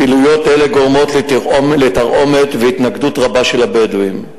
פעילויות אלה גורמות לתרעומת והתנגדות רבה של הבדואים,